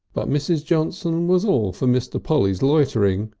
but mrs. johnson was all for mr. polly's loitering.